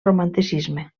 romanticisme